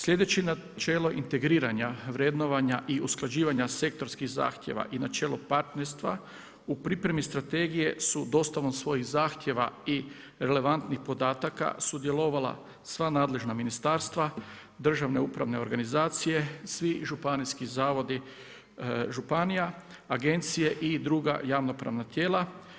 Slijedeći načelo integriranja vrednovanja i usklađivanja sektorskih zahtjeva i načelo partnerstva u pripremi strategije su dostavom svojih zahtjeva i relevantnih podataka sudjelovala sva nadležna ministarstva, državne upravne organizacije, svi županijski zavodi županija, agencije i druga ravnopravna tijela.